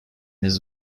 his